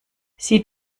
sie